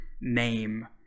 name